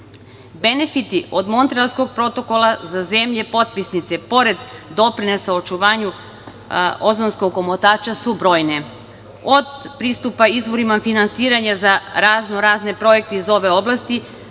gasovima. Benefiti od Montrealskog protokola za zemlje potpisnice pored doprinosa očuvanju ozonskog omotača su brojne, od pristupa izvorima finansiranja za razno-razne projekte iz ove oblasti,